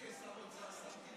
עד המוות.